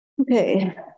Okay